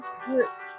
hurt